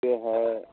कुत्ते हैं